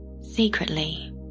Secretly